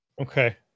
Okay